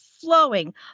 flowing